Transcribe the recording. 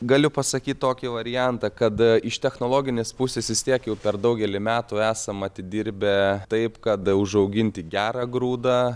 galiu pasakyt tokį variantą kada iš technologinės pusės vis tiek jau per daugelį metų esam atidirbę taip kad užauginti gerą grūdą